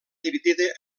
dividida